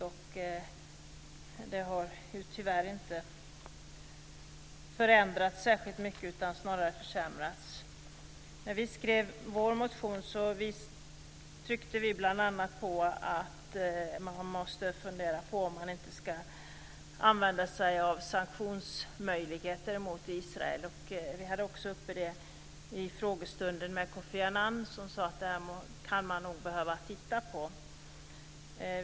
Den har tyvärr inte förändrats särskilt mycket, utan snarare försämrats. När vi skrev vår motion tryckte vi bl.a. på att man måste fundera på om man inte ska använda sig av sanktionsmöjligheter mot Israel. Vi hade också det uppe i frågestunden med Kofi Annan, som sade att man nog kan behöva titta på det.